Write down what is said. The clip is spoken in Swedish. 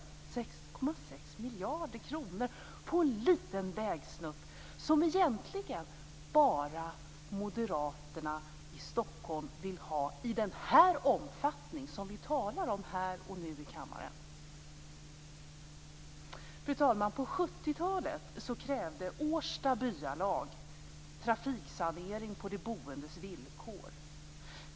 Det handlar om 6,6 miljarder kronor till en liten vägsnutt som egentligen bara Moderaterna i Stockholm vill ha i den omfattning som vi talar om här och nu i kammaren. Fru talman! På 70-talet krävde Årsta byalag trafiksanering på de boendes villkor.